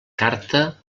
carta